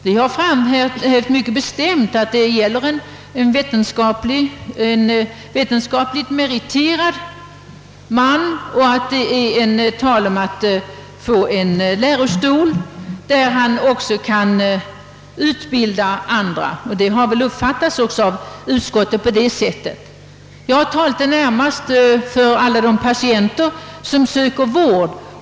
Vi har mycket bestämt framhävt att det gäller en vetenskapligt meriterad man, och vi har begärt en lärostol varifrån han också kan utbilda andra, och detta har väl uppfattats av utskottet. Jag talar närmast för de patienter som söker vård.